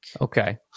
okay